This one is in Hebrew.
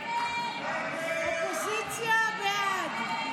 הסתייגות 1039 לא נתקבלה.